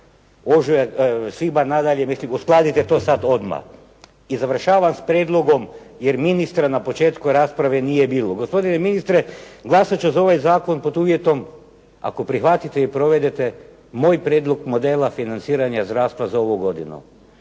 Svibanj, mislim uskladite to sada odmah. I završavam s prijedlogom, jer ministra na početku rasprave nije bilo. Gospodine ministre glasat ću za ovaj zakon pod uvjetom ako prihvatite i provedete moj prijedlog modela financiranja zdravstva za ovu godinu.